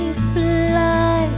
fly